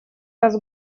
раз